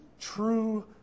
true